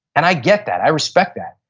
and i get that. i respect that.